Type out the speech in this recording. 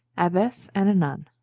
abbess, and a nun.